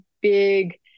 big